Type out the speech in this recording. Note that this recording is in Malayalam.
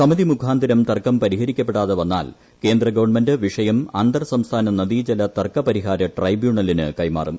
സമിതി മുഖാന്തിരം തർക്കം പരിഹരിക്കപ്പെടാതെ വന്നാൽ കേന്ദ്ര ഗവൺമെന്റ് വിഷയം അന്തർ സംസ്ഥാന നദീ ജല തർക്ക പരിഹാര ട്രൈബ്യൂണലിന് കൈമാറും